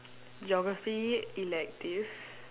geography elective